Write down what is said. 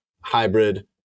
hybrid